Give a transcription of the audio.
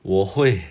我会